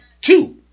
two